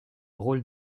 rôle